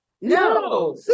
no